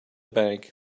bank